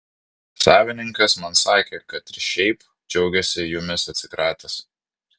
savininkas man sakė kad ir šiaip džiaugiasi jumis atsikratęs